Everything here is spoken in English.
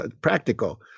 practical